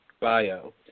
bio